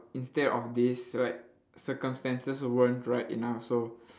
instead of this like circumstances weren't right enough so